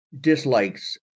dislikes